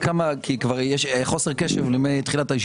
חוסר קשה.